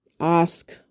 ask